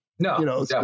No